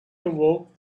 awoke